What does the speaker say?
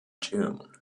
june